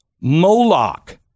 Moloch